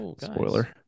Spoiler